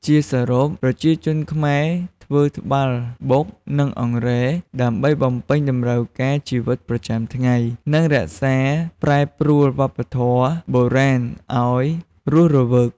ជាសរុប ប្រជាជនខ្មែរធ្វើត្បាល់បុក និងអង្រែដើម្បីបំពេញតម្រូវការជីវិតប្រចាំថ្ងៃ និងរក្សាប្រែប្រួលវប្បធម៌បុរាណឲ្យរស់រវើក។